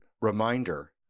reminder